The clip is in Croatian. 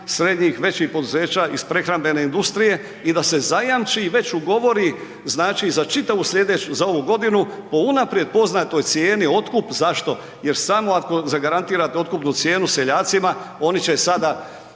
srednjih, većih poduzeća iz prehrambene industrije i da se zajamči i već ugovori znači za čitavu sljedeću, za ovu godinu po unaprijed poznatoj cijeni. Otkup zašto? Jer samo ako zagarantirate otkupnu cijenu seljacima, oni će sada